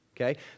Okay